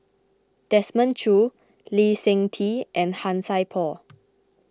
Desmond Choo Lee Seng Tee and Han Sai Por